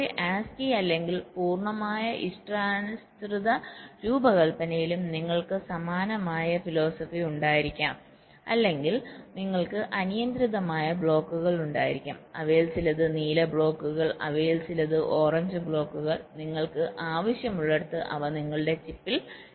ഒരു ASIC അല്ലെങ്കിൽ പൂർണ്ണമായ ഇഷ്ടാനുസൃത രൂപകൽപ്പനയിലും നിങ്ങൾക്ക് സമാനമായ തത്ത്വചിന്ത ഉണ്ടായിരിക്കാം അല്ലെങ്കിൽ നിങ്ങൾക്ക് അനിയന്ത്രിതമായ ബ്ലോക്കുകൾ ഉണ്ടായിരിക്കാം അവയിൽ ചിലത് നീല ബ്ലോക്കുകൾ അവയിൽ ചിലത് ഓറഞ്ച് ബ്ലോക്കുകൾ നിങ്ങൾക്ക് ആവശ്യമുള്ളിടത്ത് അവ നിങ്ങളുടെ ചിപ്പിൽ ഇടാം